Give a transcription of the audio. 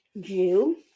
Jew